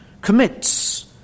commits